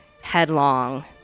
headlong